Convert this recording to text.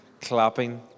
Clapping